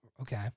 Okay